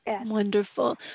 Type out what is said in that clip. Wonderful